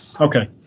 Okay